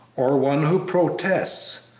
or one who protests,